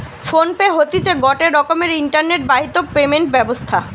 phone pay হতিছে গটে রকমের ইন্টারনেট বাহিত পেমেন্ট ব্যবস্থা